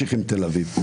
נמשיך עם תל אביב.